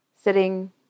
sitting